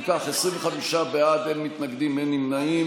אם כך, 25 בעד, אין מתנגדים, אין נמנעים.